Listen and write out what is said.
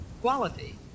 quality